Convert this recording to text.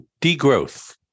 degrowth